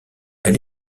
elle